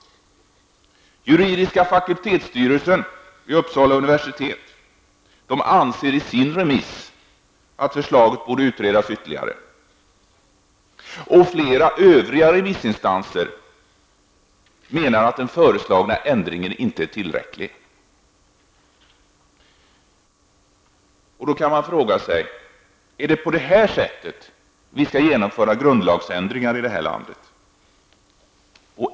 Juridiska fakultetsstyrelsen vid Uppsala universitet anser i sin remiss att förslaget borde utredas ytterligare. Flera övriga remissinstanser menar att den föreslagna ändringen inte är tillräcklig. Då kan man fråga sig: Är det på det här sättet man skall genomföra grundlagsändringar i det här landet?